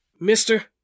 Mister